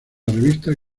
revista